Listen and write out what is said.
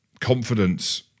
confidence